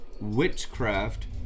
witchcraft